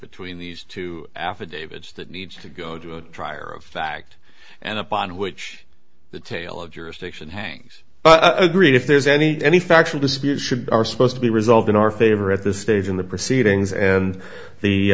between these two affidavits that needs to go to a trier of fact and upon which the tale of jurisdiction hangs agreed if there's any any factual dispute should be are supposed to be resolved in our favor at this stage in the proceedings and